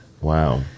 Wow